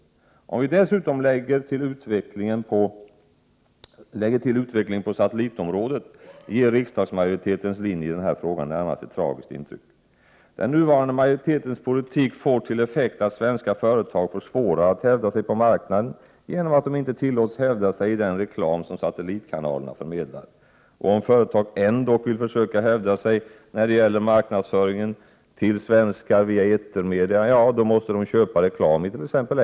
Om vi dessutom lägger till utvecklingen på satellitområdet ger riksdagsmajoritetens linje i den här frågan närmast ett tragiskt intryck. Den nuvarande majoritetens politik ger till effekt att svenska företag får svårare att hävda sig på marknaden genom att de inte tillåts hävda sig i den reklam som satellitkanalerna förmedlar. Och om företag ändock vill försöka hävda sig när det gäller marknadsföringen till svenskar via etermedia — ja, då måste de köpa reklam it.ex.